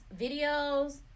videos